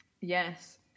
Yes